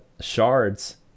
shards